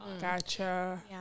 gotcha